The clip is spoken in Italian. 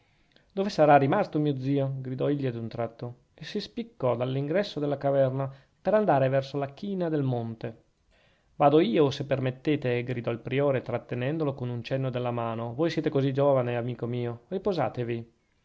dove sarà rimasto mio zio gridò egli ad un tratto e si spiccò dall'ingresso della caverna per andare verso la china del monte vado io se permettete gridò il priore trattenendolo con un cenno della mano voi siete così giovane amico mio riposatevi